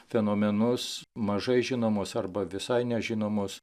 fenomenus mažai žinomus arba visai nežinomus